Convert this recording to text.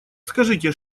скажите